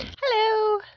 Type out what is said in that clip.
Hello